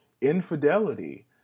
infidelity